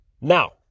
now